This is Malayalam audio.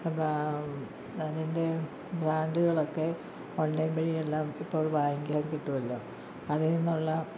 അപ്പം അതിൻ്റെ ബ്രാൻഡുകളൊക്കെ ഓൺലൈൻ വഴിയെല്ലാം ഇപ്പോൾ വാങ്ങിക്കാൻ കിട്ടുമല്ലോ അതിൽ നിന്നുള്ള